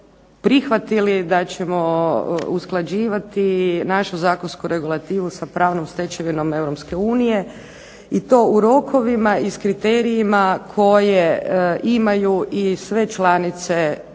prihvatili da ćemo usklađivati našu zakonsku regulativu sa pravnom stečevinom Europske unije i to u rokovima i s kriterijima koje imaju i sve članice,